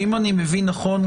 שאם אני מבין נכון,